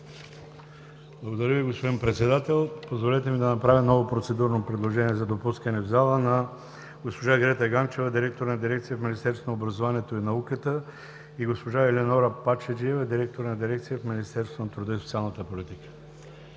Благодаря Ви, господин Председател. Позволете ми да направя ново процедурно предложение за допускане в залата на госпожа Грета Ганчева – директор на дирекция в Министерството на образованието и науката, и госпожа Елена Пачеджиева – директор на дирекция в Министерството на труда и социалната политика.